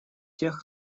тех